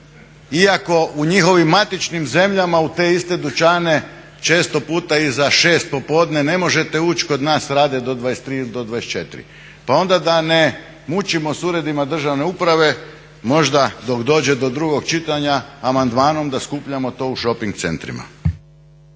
Iako u njihovim matičnim zemljama u te iste dućane često puta iza 6 popodne ne možete ući kod nas rade do 23 ili do 24. Pa onda da ne mučimo s uredima državne uprave možda dok dođe do drugog čitanja amandmanom da skupljamo to u šoping centrima.